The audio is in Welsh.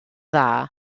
dda